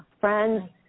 Friends